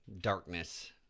darkness